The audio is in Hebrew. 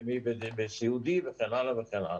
ומי לסיעודי וכן הלאה וכן הלאה.